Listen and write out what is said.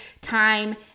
time